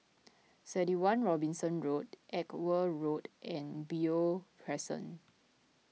thirty one Robinson Road Edgware Road and Beo Crescent